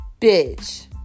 bitch